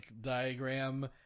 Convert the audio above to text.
diagram